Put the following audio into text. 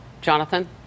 Jonathan